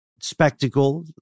spectacle